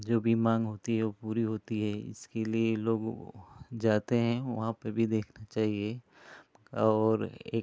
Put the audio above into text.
जो भी मांग होती है वो पूरी होती है इसके लिए लोग जाते हैं वहाँ पर भी देखना चाहिए और एक